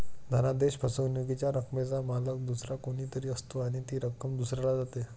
धनादेश फसवणुकीच्या रकमेचा मालक दुसरा कोणी तरी असतो आणि ती रक्कम दुसऱ्याला जाते